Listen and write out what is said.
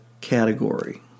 category